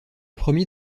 premier